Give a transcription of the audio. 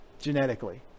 genetically